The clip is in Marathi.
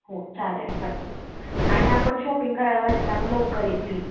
हो चालेल चल आणि आपण शॉपिंग करायला जायचं आहे त्यामुळं लवकर ये प्लीज